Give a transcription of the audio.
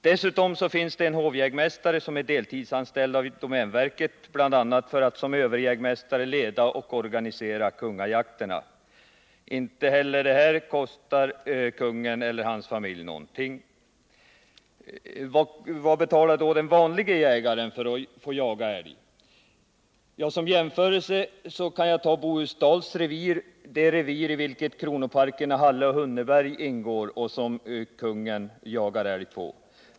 Dessutom finns en hovjägmästare, deltidsanställd av domänverket, som bl.a. har i uppgift att som överjägmästare leda och organisera kungajakterna. Inte heller detta kostar konungen eller hans familj någonting. Vad betalar då den vanlige jägaren för att få jaga älg? Som jämförelse kan jag ta Bohusdals revir, i vilket ingår kronoparkerna Halleoch Hunneberg som kungen jagar älg på.